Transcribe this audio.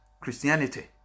Christianity